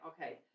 okay